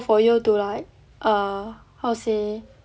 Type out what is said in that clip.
for you to like err how to say